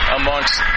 amongst